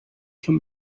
come